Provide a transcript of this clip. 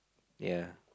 ya